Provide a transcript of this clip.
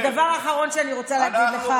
ודבר אחרון שאני רוצה להגיד לך,